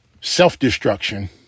self-destruction